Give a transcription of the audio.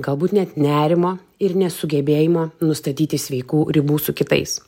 galbūt net nerimo ir nesugebėjimo nustatyti sveikų ribų su kitais